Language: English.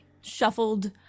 shuffled